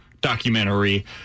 documentary